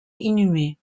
inhumé